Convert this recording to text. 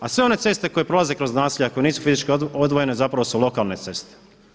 A sve one ceste koje prolaze kroz naselja koje nisu fizički odvojene zapravo su lokalne ceste.